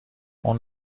اون